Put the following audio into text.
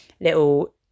little